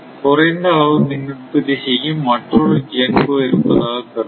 குறைந்த அளவு மின் உற்பத்தி செய்யும் மற்றொரு GENCO இருப்பதாக கருதுவோம்